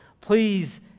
please